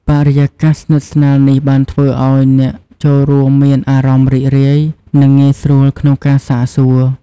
បរិយាកាសស្និទ្ធស្នាល នេះបានធ្វើឱ្យអ្នកចូលរួមមានអារម្មណ៍រីករាយនិងងាយស្រួលក្នុងការសាកសួរ។